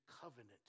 covenant